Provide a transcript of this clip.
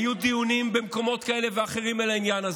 היו דיונים במקומות כאלה ואחרים על העניין הזה.